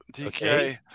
Okay